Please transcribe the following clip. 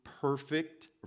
perfect